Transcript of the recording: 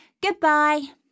Goodbye